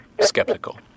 skeptical